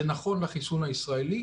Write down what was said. זה נכון לחיסון הישראלי,